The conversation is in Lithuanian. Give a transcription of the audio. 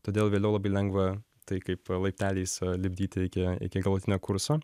todėl vėliau labai lengva tai kaip laipteliais save lipdyti iki iki galutinio kurso